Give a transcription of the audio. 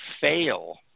fail